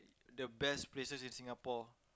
the best places in Singapore